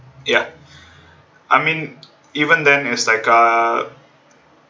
ya I mean even then it's like uh